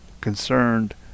concerned